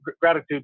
gratitude